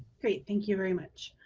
great, thank you very much.